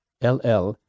LL